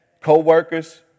Co-workers